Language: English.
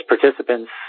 participants